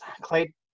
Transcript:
Clay